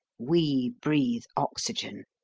we breathe oxygen.